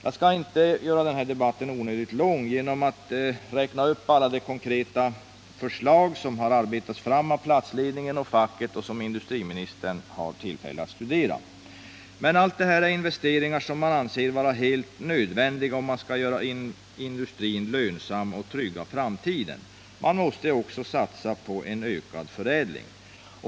Jag skall inte förlänga debatten genom att räkna upp alla de konkreta förslag som har arbetats fram av platsledningen och facket och som industriministern har möjlighet att studera. Men allt det här är investeringar som anses vara helt nödvändiga, om man vill göra industrin lönsam och trygga framtiden. Man måste också satsa på en ökad förädling.